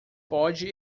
pode